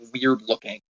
weird-looking